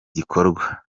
gikorwa